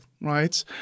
right